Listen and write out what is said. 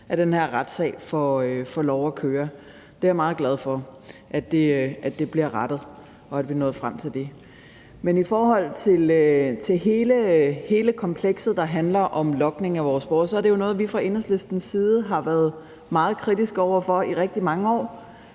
at den her retssag får lov at køre. Det er jeg meget glad for bliver rettet, og at vi nåede frem til det. Men i forhold til hele komplekset, der handler om logning af vores borgere, er det jo noget, som vi fra Enhedslistens side har været meget kritiske over for i rigtig mange år,